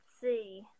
see